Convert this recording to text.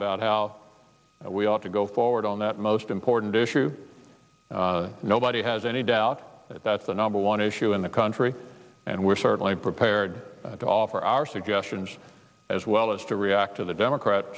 about how we ought to go forward on that most important issue nobody has any doubt that's the number one issue in the country and we're certainly prepared to offer our suggestions as well as to react to the democrat